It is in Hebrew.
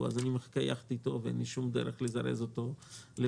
אז אני מחכה ביחד איתו ואין לי שום דרך לזרז אותו לבצע.